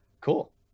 Cool